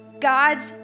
God's